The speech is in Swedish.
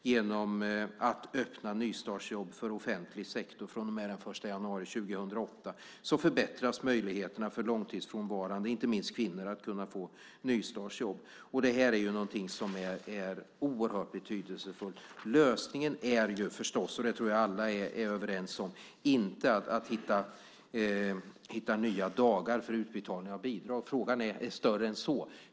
Genom att nystartsjobben öppnas för offentlig sektor från och med den 1 januari 2008 förbättras möjligheterna för långtidsfrånvarande, inte minst kvinnor, att kunna få sådana jobb. Detta är oerhört betydelsefullt. Lösningen är förstås inte att hitta nya dagar för utbetalning av bidrag. Det tror jag att alla är överens om. Frågan är större än så.